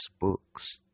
books